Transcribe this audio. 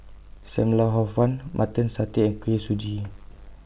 SAM Lau Hor Fun Mutton Satay and Kuih Suji